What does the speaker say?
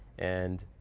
and